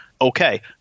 Okay